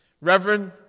Reverend